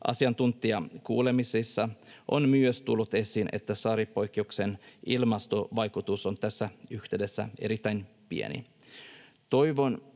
Asiantuntijakuulemisissa on myös tullut esiin, että saaripoikkeuksen ilmastovaikutus on tässä yhteydessä erittäin pieni.